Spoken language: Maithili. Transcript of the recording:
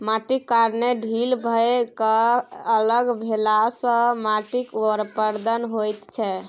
माटिक कणकेँ ढील भए कए अलग भेलासँ माटिक अपरदन होइत छै